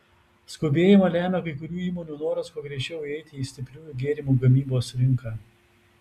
skubėjimą lemia kai kurių įmonių noras kuo greičiau įeiti į stipriųjų gėrimų gamybos rinką